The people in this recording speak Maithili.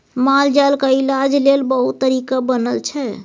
मालजालक इलाज लेल बहुत तरीका बनल छै